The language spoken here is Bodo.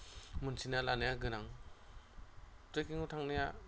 मिनथिना लानाया गोनां ट्रेक्किंआव थांनाया